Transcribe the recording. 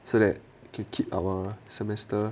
so that to keep our semester